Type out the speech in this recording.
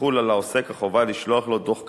תחול על העוסק החובה לשלוח לו דוח כאמור.